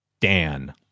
Dan